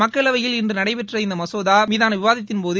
மக்களவையில் இன்று நடைபெற்ற இந்தமசோதா மீதான விவாதத்தின்போது